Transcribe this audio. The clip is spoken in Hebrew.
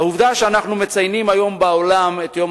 העובדה שאנחנו מציינים היום בעולם את יום